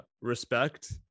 respect